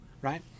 right